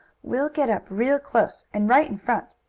we'll get up real close, and right in front,